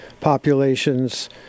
populations